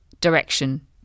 direction